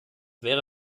wäre